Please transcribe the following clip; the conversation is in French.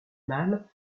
mâle